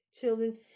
children